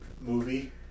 Movie